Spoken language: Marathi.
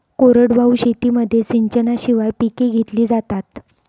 कोरडवाहू शेतीमध्ये सिंचनाशिवाय पिके घेतली जातात